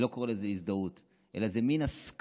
אני לא קורא לזה הזדהות אלא זה מין הסכמה,